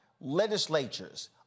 legislatures